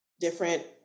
different